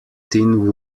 tin